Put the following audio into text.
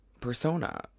persona